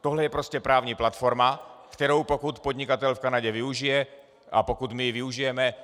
Tohle je prostě právní platforma, kterou, pokud podnikatel v Kanadě využije a pokud my ji využijeme,